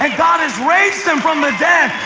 and god has raised him from the dead,